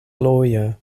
lawyer